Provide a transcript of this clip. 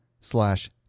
slash